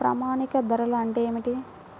ప్రామాణిక ధరలు అంటే ఏమిటీ?